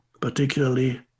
particularly